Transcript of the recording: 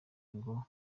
ngo